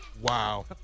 Wow